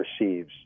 receives